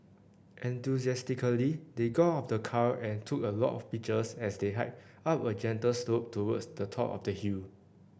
enthusiastically they got out of the car and took a lot of pictures as they hiked up a gentle slope towards the top of the hill